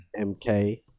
MK